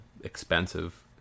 expensive